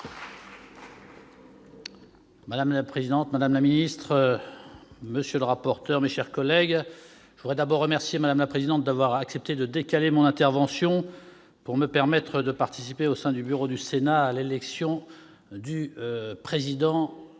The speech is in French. Madame la secrétaire d'État, monsieur le rapporteur, mes chers collègues, je tiens tout d'abord à remercier Mme la présidente d'avoir accepté de décaler mon intervention pour me permettre de participer, au sein du bureau du Sénat, à l'élection du président-directeur